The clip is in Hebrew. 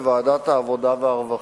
בוועדת העבודה והרווחה,